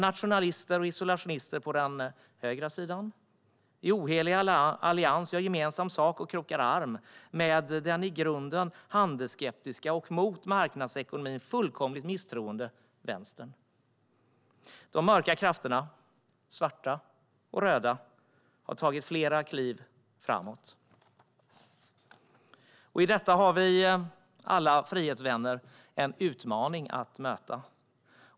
Nationalister och isolationister på den högra sidan gör i ohelig allians gemensam sak och krokar arm med den i grunden handelsskeptiska och mot marknadsekonomin fullkomligt misstroende vänstern. De mörka krafterna - svarta och röda - har tagit flera kliv framåt. I detta har alla vi frihetsvänner en utmaning att möta.